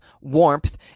warmth